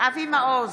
אבי מעוז,